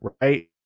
right